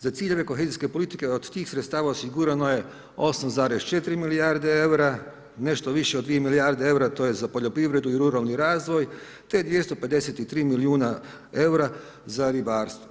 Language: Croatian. Za cilj ove kohezijske politike od tih sredstava osigurano je 8,4 milijarde eura, nešto više od 2 milijarde eura, to je za poljoprivredu i ruralni razvoj, te 253 milijuna eura za ribarstvo.